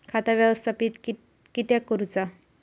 खाता व्यवस्थापित किद्यक करुचा?